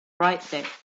bright